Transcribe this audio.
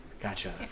gotcha